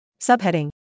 Subheading